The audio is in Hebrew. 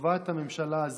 לטובת הממשלה הזאת.